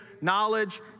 knowledge